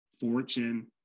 fortune